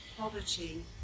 poverty